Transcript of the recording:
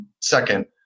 second